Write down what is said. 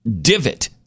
divot